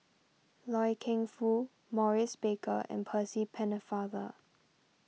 Loy Keng Foo Maurice Baker and Percy Pennefather